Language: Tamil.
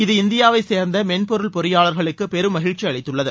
இது இந்தியாவை சேர்ந்த மென் பொருள் பொறியாளர்களுக்கு பெரும் மிகிழ்ச்சி அளித்துள்ளது